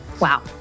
Wow